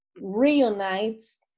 reunites